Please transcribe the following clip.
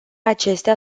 acestea